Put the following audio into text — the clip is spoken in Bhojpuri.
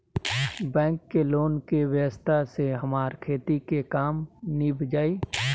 बैंक के लोन के व्यवस्था से हमार खेती के काम नीभ जाई